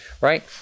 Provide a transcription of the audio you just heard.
right